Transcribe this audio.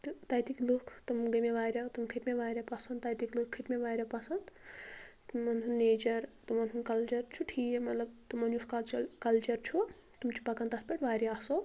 تہٕ تَتِکۍ لوٗکھ تِم گٔے مےٚ واریاہ تِم کھٔتۍ مےٚ وارِیاہ پسنٛد تَتِکۍ لوٗکھ کھٔتۍ مےٚ واریاہ پسنٛد تِمن ہُنٛد نیچر تِمن ہُنٛد کلچر چھُ ٹھیٖک مطلب تِمن یُس کلچر چھُ تِم چھِ پکان تتھ پٮ۪ٹھ وارِیاہ اصٕل